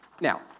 Now